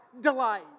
delight